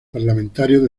parlamentario